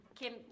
Kim